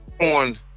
on